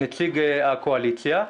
נציג הקואליציה,